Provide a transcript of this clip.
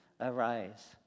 arise